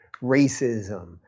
racism